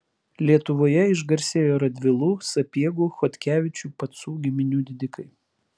lietuvoje išgarsėjo radvilų sapiegų chodkevičių pacų giminių didikai